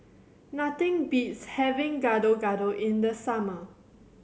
nothing beats having Gado Gado in the summer